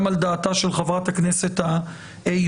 גם על דעתה של חברת הכנסת היוזמת.